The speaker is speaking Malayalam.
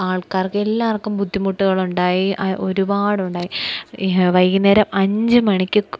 ആൾക്കാർക്കെല്ലാവർക്കും ബുദ്ധിമുട്ടുകളുണ്ടായി ഒരുപാടുണ്ടായി വൈകുന്നേരം അഞ്ച് മണിക്ക്